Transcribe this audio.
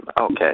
Okay